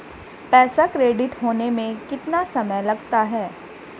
पैसा क्रेडिट होने में कितना समय लगता है?